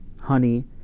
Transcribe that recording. honey